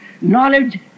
knowledge